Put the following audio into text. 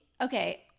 okay